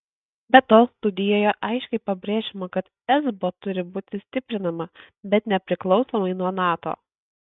be to studijoje aiškiai pabrėžiama kad esbo turi būti stiprinama bet nepriklausomai nuo nato